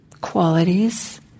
qualities